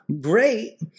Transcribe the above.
great